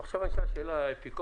עכשיו אני אשאל שאלה אפיקורסית